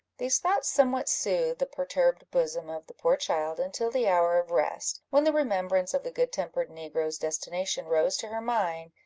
these thoughts somewhat soothed the perturbed bosom of the poor child until the hour of rest, when the remembrance of the good-tempered negro's destination rose to her mind,